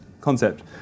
concept